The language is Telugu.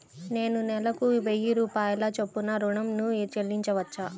నేను నెలకు వెయ్యి రూపాయల చొప్పున ఋణం ను చెల్లించవచ్చా?